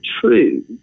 true